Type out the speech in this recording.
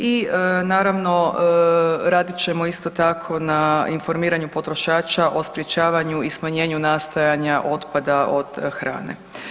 I naravno radit ćemo isto tako na informiranju potrošača o sprječavanju i smanjenju nastajanja otpada od hrane.